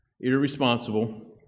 irresponsible